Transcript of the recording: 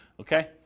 Okay